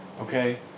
Okay